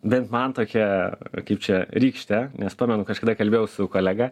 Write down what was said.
bent man tokia kaip čia rykštė nes pamenu kažkada kalbėjau su kolega